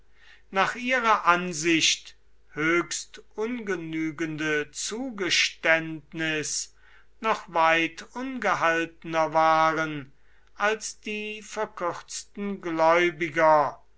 nach ihrer ansicht höchst ungenügende zugeständnis noch weit ungehaltener waren als die verkürzten gläubiger